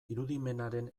irudimenaren